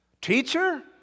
Teacher